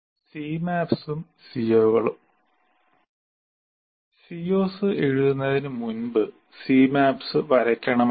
Cmaps ഉം CO കളും CO's എഴുതുന്നതിന് മുൻപ് സീമാപ്സ് വരക്കണമെന്നില്ല